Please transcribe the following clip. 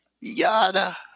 Yada